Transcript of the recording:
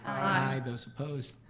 i. those opposed?